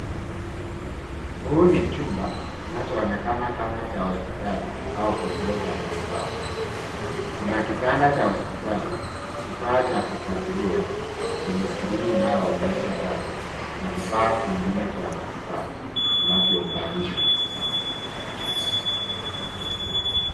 Huu ni chumba kinachoonekana kama chumba cha hospitali au kituo cha matibabu. Kuna kitanda cha hospitali, kifaa cha kufwatilia chenye skrini inayoonyesha data na vifaa vingine vya matibabu vinavyounganishwa.